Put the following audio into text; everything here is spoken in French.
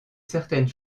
certaines